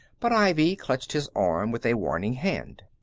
but ivy clutched his arm with a warning hand.